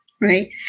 right